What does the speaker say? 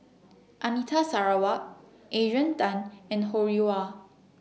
Anita Sarawak Adrian Tan and Ho Rih Hwa